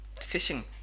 fishing